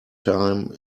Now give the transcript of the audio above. time